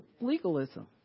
Legalism